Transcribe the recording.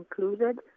included